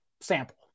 sample